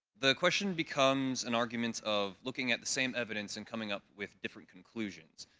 the question becomes an argument of looking at the same evidence and coming up with different conclusions.